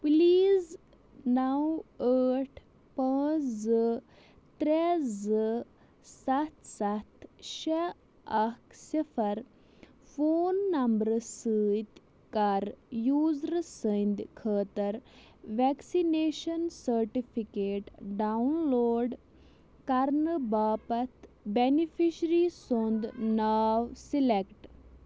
please نَو ٲٹھ پانٛژھ زٕ ترٛےٚ زٕ سَتھ سَتھ شےٚ اکھ صفر فون نمبرٕ سۭتۍ کر یوزرٕ سٕنٛدۍ خٲطرٕ ویٚکسِنیشن سرٹِفکیٚٹ ڈاوُن لوڈ کرنہٕ باپتھ بیٚنِفیشرِی سُنٛد ناو سِلیٚکٹہٕ